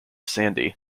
sandy